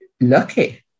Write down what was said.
lucky